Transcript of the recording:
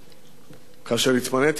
כאשר התמניתי לרמטכ"ל,